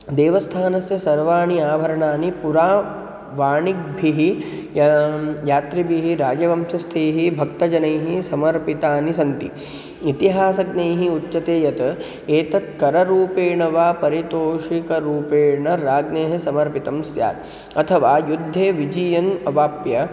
देवस्थानस्य सर्वाणि आभरणानि पुरावग्भिः यैः यात्रिभिः राजवंशस्थैः भक्तजनैः समर्पितानि सन्ति इतिहासज्ञैः उच्यते यत् एतत् कररूपेण वा परितोषिकरूपेण राज्ञेः समर्पितं स्यात् अथवा युद्धे विजयम् अवाप्य